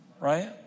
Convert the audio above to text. right